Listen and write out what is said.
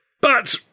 But